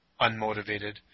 unmotivated